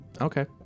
Okay